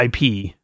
IP